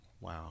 Wow